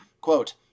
Quote